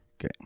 Okay